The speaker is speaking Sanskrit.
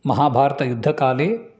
महाभारतयुद्धकाले